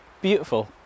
Beautiful